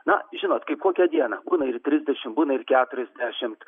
na žinot kaip kokia diena būna ir trisdešimt būna ir keturiasdešimt